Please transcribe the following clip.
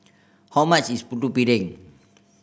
how much is Putu Piring